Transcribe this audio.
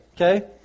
Okay